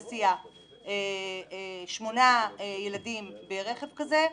שמונה ילדים ברכב כזה,